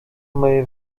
mojej